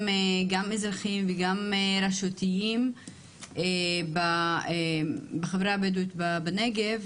גם אזרחיים וגם רשותיים בחברה הבדואית בנגב,